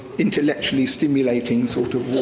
intellectually stimulating sort of walk.